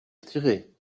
retiré